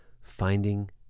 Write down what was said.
finding